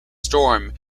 storm